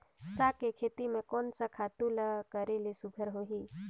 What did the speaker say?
साग के खेती म कोन स खातु ल करेले सुघ्घर होही?